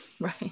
Right